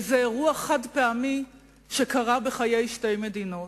איזה אירוע חד-פעמי שקרה בחיי שתי מדינות.